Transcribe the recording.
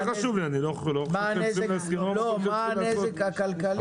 --- מה הנזק הכלכלי?